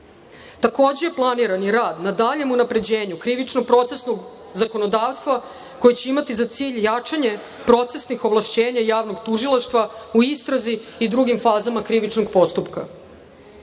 tela. Takođe je planiran i rad na daljem unapređenju krivično-procesnog zakonodavstva koje će imati za cilj jačanje procesnih ovlašćenja javnog tužilaštva u istrazi i drugim fazama krivičnog postupka.U